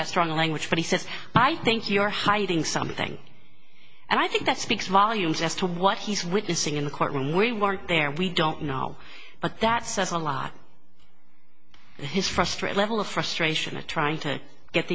that strong language but he says i think you're hiding something and i think that speaks volumes as to what he's witnessing in the courtroom we weren't there we don't know but that says a lot his frustrate level of frustration at trying to get